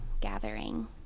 gathering